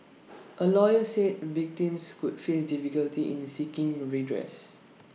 A lawyer said victims could face difficulties in seeking redress